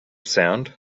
sound